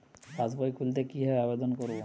পাসবই খুলতে কি ভাবে আবেদন করব?